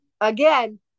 again